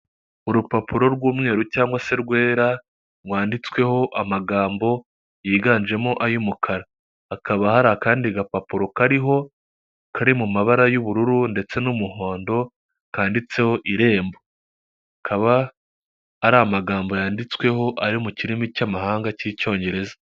Urupapuro rw'umweru cyangwa se rwera rwanditsweho amagambo yiganjemo ay'umukara, hakaba hari akandi gapapuro kariho kari mu mabara y'ubururu ndetse n'umuhondo kanditseho irembo, hakaba hari amagambo yanditsweho ari mu kirimi cy'amahanga cy'icyongereza.